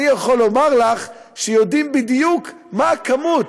אני יכול לומר לך שיודעים בדיוק מה הכמות.